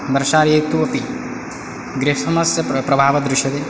वर्ष ऋत्वोपि ग्रीस्मस्स प्र प्रभाव दृश्यते